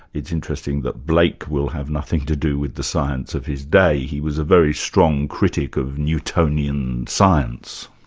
it's interesting that blake will have nothing to do with the science of his day. he was a very strong critic of newtonian science.